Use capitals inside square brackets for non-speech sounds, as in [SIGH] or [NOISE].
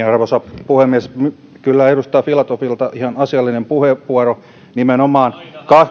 [UNINTELLIGIBLE] arvoisa puhemies kyllä edustaja filatovilta ihan asiallinen puheenvuoro nimenomaan